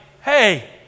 hey